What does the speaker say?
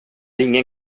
ingen